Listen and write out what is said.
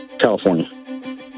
California